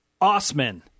Osman